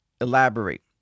elaborate